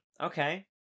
Okay